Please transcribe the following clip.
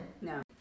No